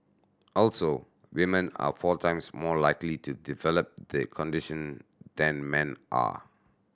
also women are four times more likely to develop the condition than men are